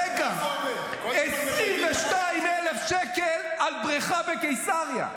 רגע, 22,000 שקל על בריכה בקיסריה.